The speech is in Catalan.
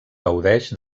gaudeix